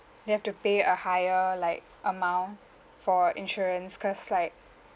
you have to pay a higher like amount for insurance cause like